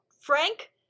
Frank